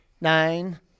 nine